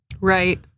Right